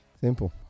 simple